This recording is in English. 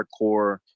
hardcore